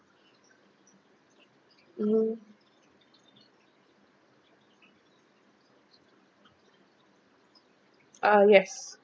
mmhmm ah yes